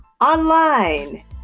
online